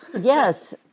yes